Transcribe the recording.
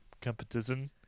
competition